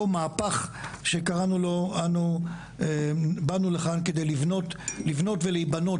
מהפך שקראנו לו אנו באנו לכאן כדי לבנות ולהיבנות,